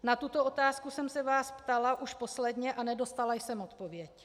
Na tuto otázku jsem se vás ptala už posledně a nedostala jsem odpověď.